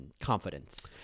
confidence